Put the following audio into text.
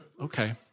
okay